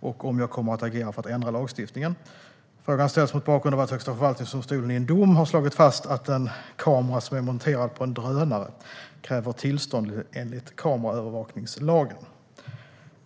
och om jag kommer att agera för att ändra lagstiftningen. Frågan ställs mot bakgrund av att Högsta förvaltningsdomstolen i en dom har slagit fast att en kamera som är monterad på en drönare kräver tillstånd enligt kameraövervakningslagen.